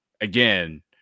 again